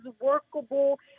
workable